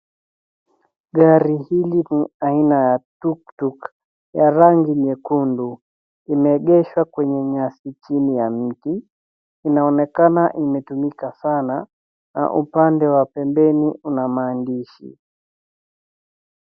Gari hili aina ya TukTuk ya rangi nyekundu imeegeshwa kwenye nyasi chini ya mti inaonekana imetumika sana na upande wa pembeni una maandishi.